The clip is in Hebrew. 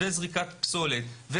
זריקת פסולת,